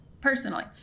personally